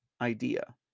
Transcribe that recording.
idea